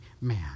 man